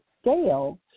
scale